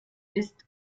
ist